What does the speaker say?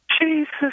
Jesus